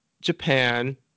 japan